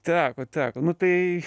teko teko nu tai